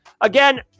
Again